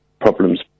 problems